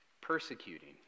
persecuting